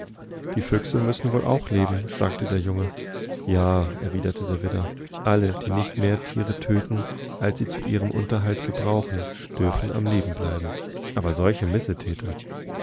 die füchse müssen wohl auch leben sagte der junge ja erwiderte der widder alle die nicht mehr tiere töten als sie zu ihrem unterhalt gebrauchen dürftenamlebenbleiben abersolchemissetäter könnten die